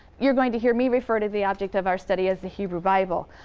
you're going to hear me refer to the object of our study as the hebrew bible.